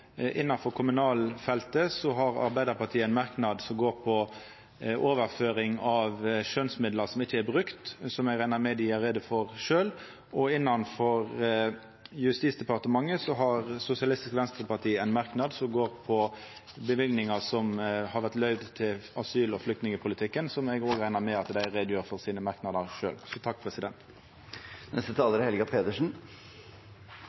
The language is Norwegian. har Arbeidarpartiet ein merknad som går på overføring av skjønnsmidlar som ikkje er brukte, som eg reknar med at dei sjølve gjer greie for, og når det gjeld Justisdepartementet, har Sosialistisk Venstreparti ein merknad som går på midlar som har vore løyvde til asyl- og flyktningpolitikken. Eg reknar med at dei også gjer greie for sine merknader